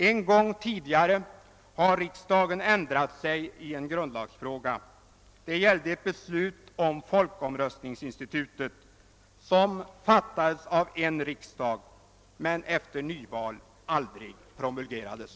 En gång tidigare har riksdagen ändrat sig i en grundlagsfråga — det gällde ett beslut om folkomröstningsinstitutet som fattades av en riksdag men efter nyval aldrig promulgerades.